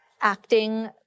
acting